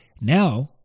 Now